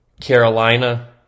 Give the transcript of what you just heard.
Carolina